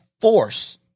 force